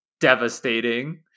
devastating